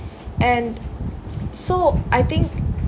and s~ so I think